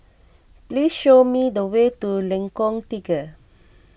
please show me the way to Lengkong Tiga